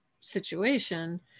situation